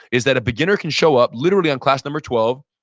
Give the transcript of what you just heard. is that a beginner can show up literally on class number twelve,